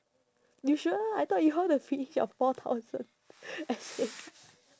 you sure I thought you want to finish your four thousand essay